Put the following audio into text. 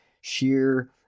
sheer